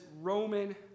Roman